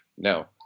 No